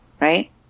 right